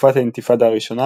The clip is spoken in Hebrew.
בתקופת האינתיפדה הראשונה,